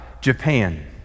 Japan